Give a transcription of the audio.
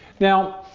now,